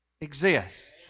exist